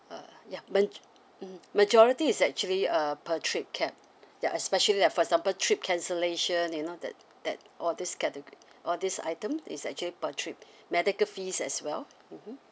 uh ya maj~ mmhmm majority is actually uh per trip cap ya especially like for example trip cancellation you know that that all these category all these item is actually per trip medical fees as well mmhmm